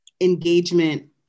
engagement